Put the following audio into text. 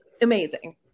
Amazing